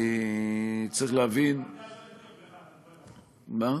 צריך להבין, בעמדה הזאת אני תומך בך, מה?